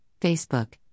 Facebook